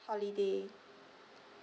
holiday